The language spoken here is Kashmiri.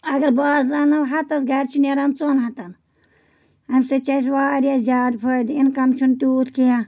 اگر بازرٕ اَنو ہَتَس گَرِ چھِ نیران ژۄن ہَتَن اَمہِ سۭتۍ چھِ اَسہِ واریاہ زیادٕ فٲیدٕ اِنکَم چھُنہٕ تیوٗت کینٛہہ